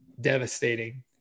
devastating